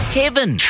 heaven